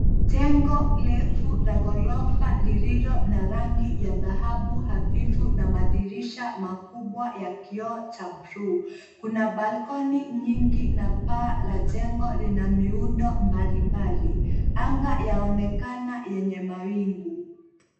Jengo refu la ghorofa lililo na rangi ya dhahabu hafifu na madirisha makubwa ya kioo cha bluu. Kuna balcony nyingi na paa la jengo lina miundo mbalimbali. Anga yaonekana yenye mawingu.